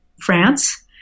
France